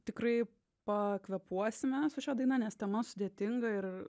tikrai pakvėpuosime su šia daina nes tema sudėtinga ir